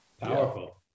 powerful